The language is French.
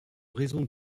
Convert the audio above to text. raison